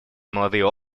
молодые